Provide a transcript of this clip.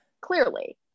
Clearly